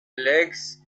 legs